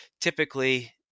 typically